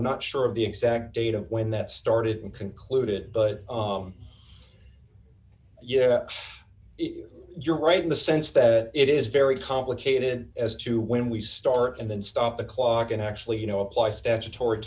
i'm not sure of the exact date of when that started and concluded but yeah if you're right in the sense that it is very complicated as to when we start and then stop the clock and actually you know apply statutory